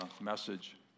message